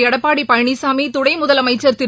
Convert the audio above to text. எடப்பாடி பழனிசாமி துணை முதலமைச்சா் திரு